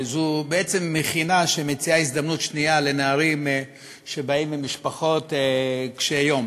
זו בעצם מכינה שמציעה הזדמנות שנייה לנערים שבאים ממשפחות קשות יום.